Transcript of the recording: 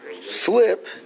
slip